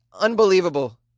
unbelievable